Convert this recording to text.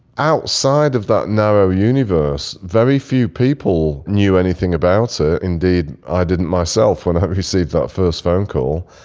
outside of that narrow universe, very few people knew anything about ah it. indeed, i didn't myself when i received that first phone call.